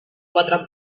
quatre